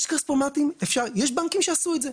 יש כספומטים, יש בנקים שעשו את זה.